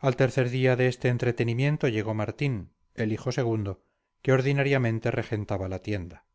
al tercer día de este entretenimiento llegó martín el hijo segundo que ordinariamente regentaba la tienda